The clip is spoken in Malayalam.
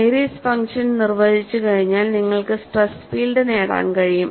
ഐറി 'സ് ഫങ്ഷൻ നിർവ്വചിച്ചുകഴിഞ്ഞാൽ നിങ്ങൾക്ക് സ്ട്രെസ് ഫീൽഡ് നേടാൻ കഴിയും